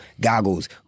goggles